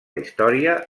història